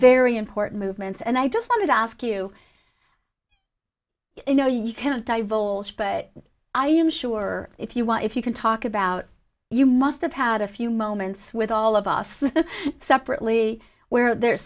important movements and i just wanted to ask you you know you can't divulge but i am sure if you want if you can talk about you must have had a few moments with all of us separately where there